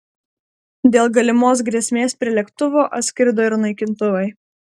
dėl galimos grėsmės prie lėktuvo atskrido ir naikintuvai